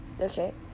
Okay